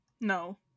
no